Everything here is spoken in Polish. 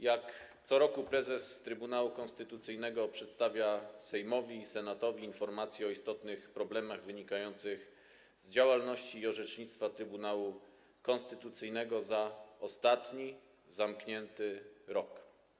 Jak co roku prezes Trybunału Konstytucyjnego przedstawił Sejmowi i Senatowi informację o istotnych problemach wynikających z działalności i orzecznictwa Trybunału Konstytucyjnego za ostatni zamknięty rok.